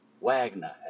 Wagner